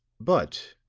but,